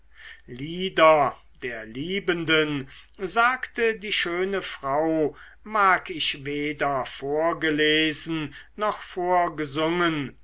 lieder der liebenden sagte die schöne frau mag ich weder vorgelesen noch vorgesungen